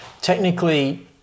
technically